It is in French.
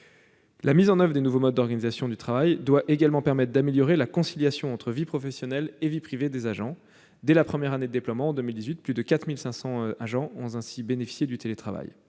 La mise en oeuvre des nouveaux modes d'organisation du travail doit également permettre d'améliorer la conciliation entre vie professionnelle et vie privée des agents. Dès la première année de déploiement, en 2018, plus de 4 500 agents ont ainsi bénéficié du télétravail.